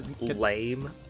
lame